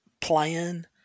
plan